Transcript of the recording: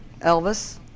Elvis